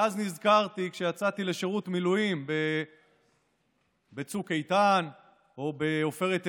ואז נזכרתי שכשיצאתי לשירות מילואים בצוק איתן או בעופרת יצוקה,